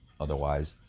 otherwise